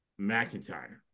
McIntyre